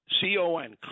C-O-N